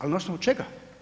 Ali na osnovu čega?